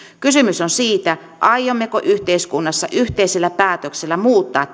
kysymys on siitä aiommeko yhteiskunnassa yhteisellä päätöksellä muuttaa